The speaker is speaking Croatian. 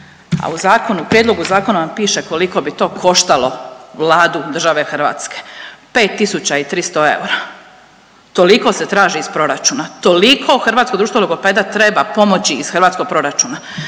u prijedlogu zakona vam piše koliko bi to koštalo Vladu države Hrvatske. 5.300 eura, toliko se traži iz proračuna, toliko Hrvatsko društvo logopeda treba pomoći iz hrvatskog proračuna.